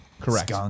Correct